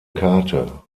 karte